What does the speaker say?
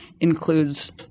includes –